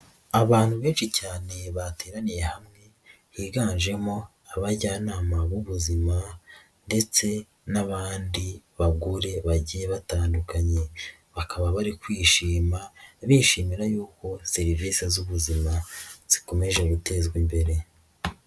Abantu benshi cyane bateraniye hamwe, higanjemo abajyanama b'ubuzima ndetse n'abandi bagore bagiye batandukanye bakaba bari kwishima bishimira yuko serivise z'ubuzima zikomeje gutezwa imbere.